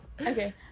Okay